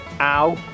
ow